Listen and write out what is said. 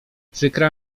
przykra